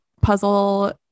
puzzle